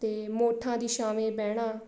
ਅਤੇ ਮੋਠਾਂ ਦੀ ਛਾਵੇਂ ਬਹਿਣਾ